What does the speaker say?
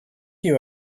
you